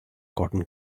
cotton